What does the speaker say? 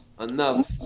enough